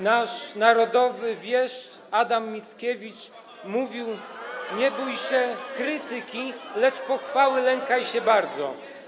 Nasz narodowy wieszcz Adam Mickiewicz mówił: Nie bój się krytyki, [[Poruszenie na sali]] lecz pochwały lękaj się bardzo.